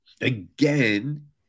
again